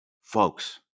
folks